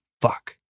Fuck